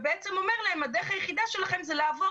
בעצם אומר להם שהדרך היחידה שלהם היא לעבור